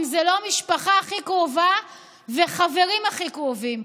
זה לא משפחה הכי קרובה והחברים הכי קרובים.